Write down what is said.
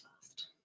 fast